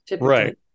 Right